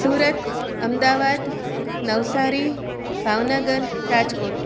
Surat Ahmedabad Navsari Bhavnagar Rajkot